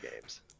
games